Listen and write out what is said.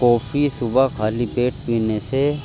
کافی صبح خالی پیٹ پینے سے